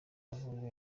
mavuriro